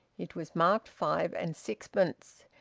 it was marked five and sixpence.